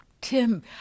Tim